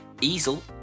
Easel